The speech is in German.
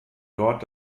dort